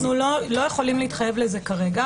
ועדיין אנחנו לא יכולים להתחייב לזה כרגע.